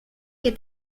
que